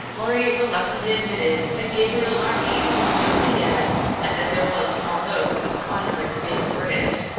lorry reluctantly admitted that gabriel's army seemed loyal to him and that there was small hope of a conflict being averted,